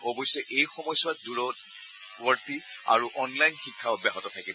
অৱশ্যে এই সময়ছোৱাত দূৰৱৰ্তী আৰু অনলাইন শিক্ষা অব্যাহত থাকিব